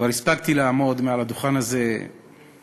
כבר הספקתי לעמוד מעל הדוכן הזה כמה